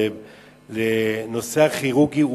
לנושא הכירורגי,